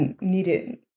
needed